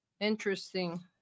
Interesting